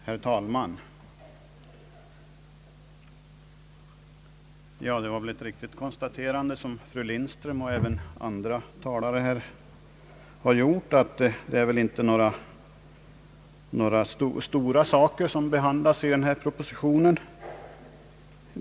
Herr talman! Det är väl ett riktigt konstaterande som fru Lindström och även andra talare har gjort, att det inte är några stora saker som behandlas i denna proposition.